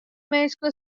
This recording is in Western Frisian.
minsken